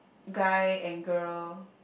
guy and girl